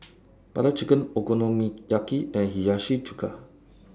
Butter Chicken Okonomiyaki and Hiyashi Chuka